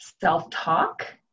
self-talk